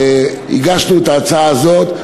הגשנו את ההצעה הזאת,